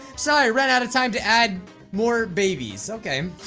sorry ran out of time to add more babies. okay